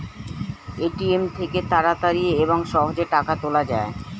ATM থেকে তাড়াতাড়ি এবং সহজে টাকা তোলা যায়